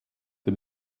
the